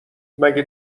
مگه